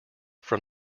from